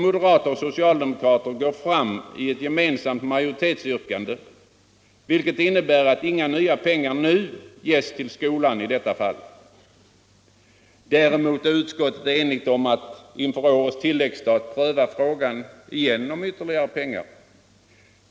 Moderater och socialdemokrater går nämligen fram i ett gemensamt majoritetsyrkande, vilket innebär att inga nya pengar nu ges till skolan för detta ändamål. Däremot är utskottet enigt om att inför årets tilläggsstat åter pröva frågan om ytterligare pengar.